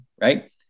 right